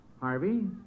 Harvey